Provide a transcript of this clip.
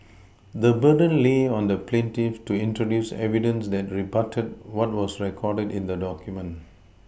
the burden lay on the plaintiff to introduce evidence that rebutted what was recorded in the document